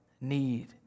need